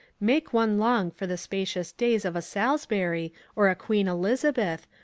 make one long for the spacious days of a salisbury or a queen elizabeth,